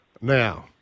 Now